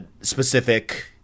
specific